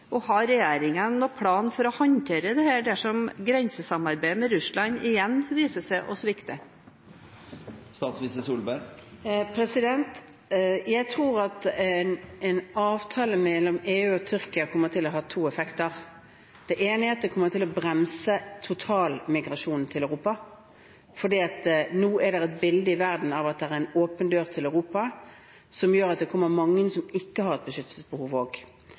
Og har regjeringen noen plan for å håndtere dette dersom grensesamarbeidet med Russland igjen viser seg å svikte? Jeg tror at en avtale mellom EU og Tyrkia kommer til å ha to effekter. Det ene er at det kommer til å bremse totalmigrasjonen til Europa, fordi det nå er et bilde i verden av at det er en åpen dør til Europa, som gjør at det kommer mange som ikke har et beskyttelsesbehov også. Og